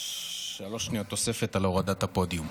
שלוש שניות תוספת על הורדת הפודיום.